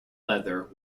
leather